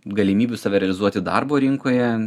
galimybių save realizuoti darbo rinkoje